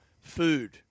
food